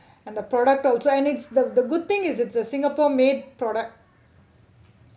and the product also and it's the the good thing is it's a singapore made product